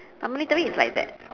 but military is like that